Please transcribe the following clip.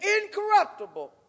incorruptible